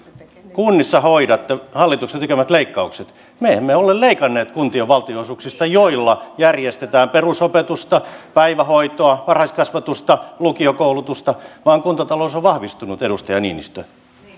kunnissa hallituksen tekemät leikkaukset me emme ole leikanneet kuntien valtionosuuksista joilla järjestetään perusopetusta päivähoitoa varhaiskasvatusta lukiokoulutusta vaan kuntatalous on vahvistunut edustaja niinistö